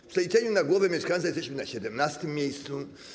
W przeliczeniu na głowę mieszkańca jesteśmy na 17. miejscu.